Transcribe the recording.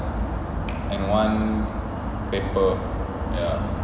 and one paper